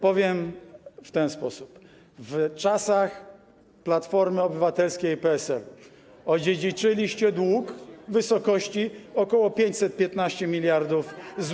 Powiem w ten sposób: w czasach Platformy Obywatelskiej i PSL-u odziedziczyliście dług w wysokości ok. 515 mld zł.